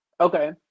okay